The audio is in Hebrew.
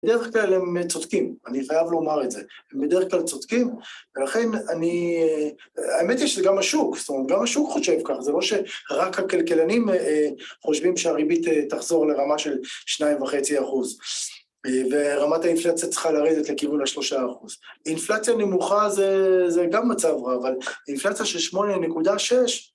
בדרך כלל הם צודקים, אני חייב לומר את זה. הם בדרך כלל צודקים, ולכן אני... האמת היא שזה גם השוק, זאת אומרת, גם השוק חושב כך, זה לא שרק הכלכלנים חושבים שהריבית תחזור לרמה של 2.5 אחוז, ורמת האינפלציה צריכה לרדת לכיוון ה-3 אחוז. אינפלציה נמוכה זה גם מצב רע, אבל אינפלציה של 8.6,